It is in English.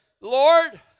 Lord